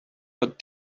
but